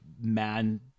man